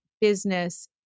business